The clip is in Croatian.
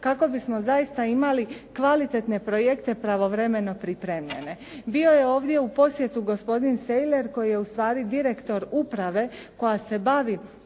kako bismo zaista imali kvalitetne projekte pravovremeno pripremljene. Bio je ovdje u posjetu gospodin Sailer koji je ustvari direktor uprave koja se bavi